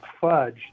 fudge